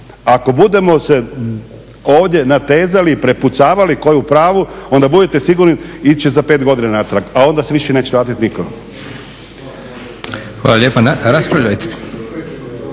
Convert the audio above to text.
Ako budemo se ovdje natezali i prepucavali tko je u pravu, onda budite sigurni ići će za 5 godina natrag, a onda se više neće vratit nitko.